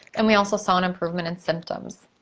and we also saw an improvement in symptoms.